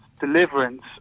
deliverance